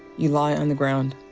you lie on the ground,